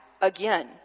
again